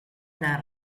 dal